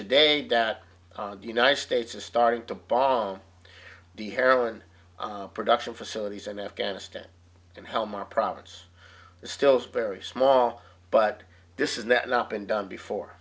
today that the united states is starting to bomb the heroin production facilities in afghanistan and help more problems still very small but this is not not been done before